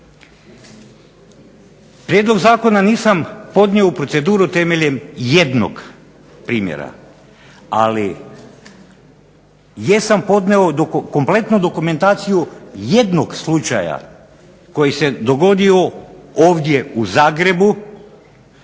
Prijedlog zakona nisam podnio u proceduru temeljem jednog primjera, ali jesam podnio kompletnu dokumentaciju jednog slučaja koji se dogodio ovdje u Zagrebu,